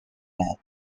nap